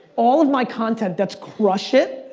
all of my content that's crush it,